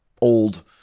old